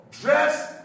dress